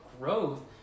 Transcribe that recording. growth